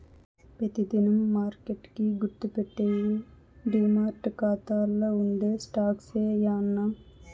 పెతి దినం మార్కెట్ కి గుర్తుపెట్టేయ్యి డీమార్ట్ కాతాల్ల ఉండే స్టాక్సే యాన్నా